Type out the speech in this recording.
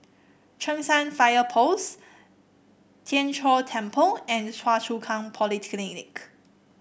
Cheng San Fire Post Tien Chor Temple and Choa Chu Kang Polyclinic